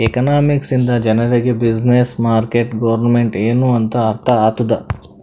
economics ಇಂದ ಜನರಿಗ್ business, market, government ಎನ್ ಅಂತ್ ಅರ್ಥ ಆತ್ತುದ್